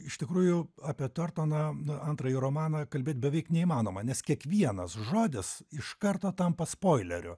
iš tikrųjų apie tortono antrąjį romaną kalbėt beveik neįmanoma nes kiekvienas žodis iš karto tampa spoileriu